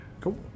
Cool